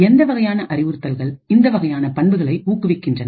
எந்த வகையான அறிவுறுத்தல்கள் இந்த வகையான பண்புகளை ஊக்குவிக்கின்றன